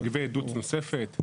תגבה עדות נוספת?